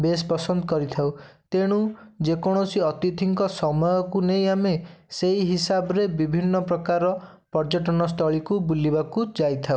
ବେଶ୍ ପସନ୍ଦ କରିଥାଉ ତେଣୁ ଯେକୌଣସି ଅତିଥିଙ୍କ ସମୟକୁ ନେଇ ଆମେ ସେଇ ହିସାବରେ ବିଭିନ୍ନ ପ୍ରକାର ପର୍ଯ୍ୟଟନସ୍ଥଳୀକୁ ବୁଲିବାକୁ ଯାଇଥାଉ